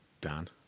Dan